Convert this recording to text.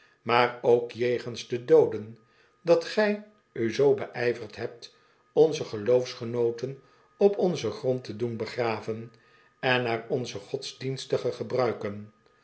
maar ook jegens de dooden dat gij u zoo beijverd hebt onze geloofsgenooten op onzen grond te doen begraven en naar onze godsdienstige gebruiken